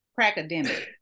Pracademic